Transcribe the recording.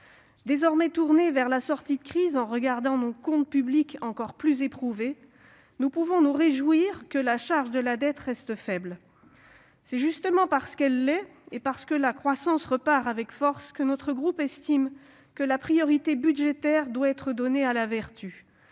Désormais tournés vers la sortie de crise et contemplant nos comptes publics plus éprouvés encore qu'auparavant, nous pouvons nous réjouir que la charge de la dette reste faible. C'est justement parce qu'elle l'est, et parce que la croissance repart avec force, que notre groupe estime que la priorité budgétaire doit être donnée à la vertu.